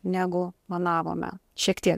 negu planavome šiek tiek